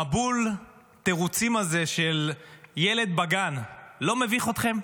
מבול התירוצים הזה של ילד בגן לא מביך אתכם?